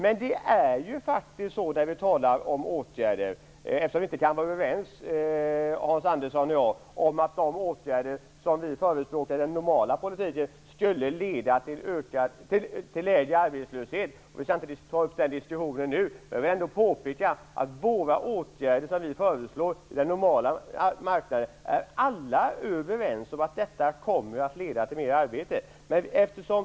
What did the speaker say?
Eftersom vi inte är överens, Hans Andersson och jag, vill jag säga att de åtgärder som vi förespråkar i den normala politiken skulle leda till lägre arbetslöshet. Vi skall inte diskutera det nu. Jag vill ändå påpeka att de åtgärder vi föreslår för den normala marknaden kommer att leda till fler arbeten. Det är alla överens om.